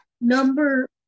Number